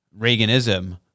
Reaganism